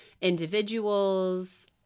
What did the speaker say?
individuals